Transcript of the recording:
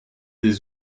des